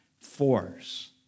force